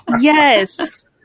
Yes